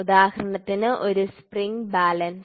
ഉദാഹരണത്തിന് ഒരു spring balance